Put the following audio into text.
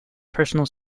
personal